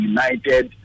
United